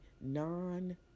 non